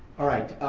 alright,